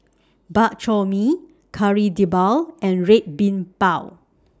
Bak Chor Mee Kari Debal and Red Bean Bao